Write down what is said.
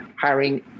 hiring